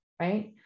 right